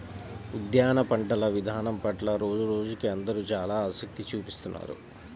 ఉద్యాన పంటల ఇదానం పట్ల రోజురోజుకీ అందరూ చానా ఆసక్తి చూపిత్తున్నారు